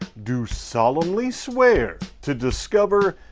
do solemnly swear to discover,